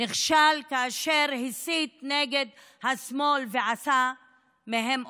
נכשל כאשר הסית נגד השמאל ועשה מהם,